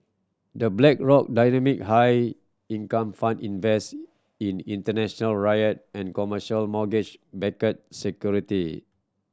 The Blackrock Dynamic High Income Fund invest in international REIT and commercial mortgage backed security